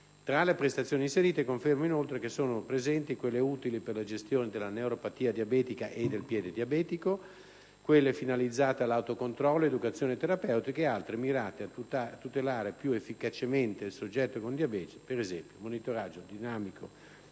Tra le prestazioni inserite, confermo che sono presenti quelle utili per la gestione della neuropatia diabetica e del piede diabetico, quelle finalizzate all'autocontrollo (educazione terapeutica) ed altre mirate a tutelare più efficacemente il soggetto con diabete (per esempio, monitoraggio dinamico